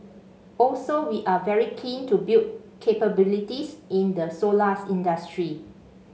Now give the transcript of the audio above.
also we are very keen to build capabilities in the solar industry